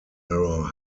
mirror